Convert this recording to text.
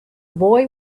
boy